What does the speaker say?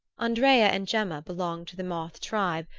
andrea and gemma belonged to the moth tribe,